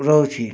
ରହୁଛି